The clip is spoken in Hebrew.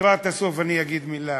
לקראת הסוף אני אגיד מילה,